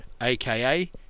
aka